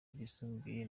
ryisumbuye